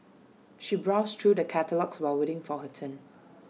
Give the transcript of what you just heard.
she browsed through the catalogues while waiting for her turn